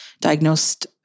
diagnosed